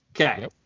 okay